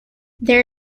there